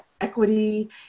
equity